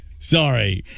Sorry